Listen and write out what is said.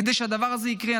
כדי שהדבר הזה יקרה,